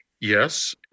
Yes